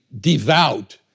devout